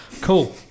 Cool